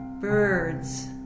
birds